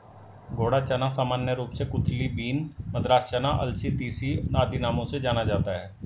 घोड़ा चना सामान्य रूप से कुलथी बीन, मद्रास चना, अलसी, तीसी आदि नामों से जाना जाता है